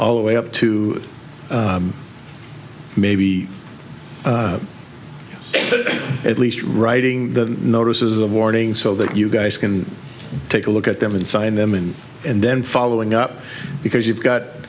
all the way up to maybe you should at least writing the notices of warning so that you guys can take a look at them and sign them in and then following up because you've got